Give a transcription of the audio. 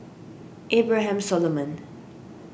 Abraham Solomon